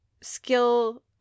skill